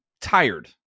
tired